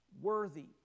worthy